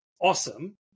awesome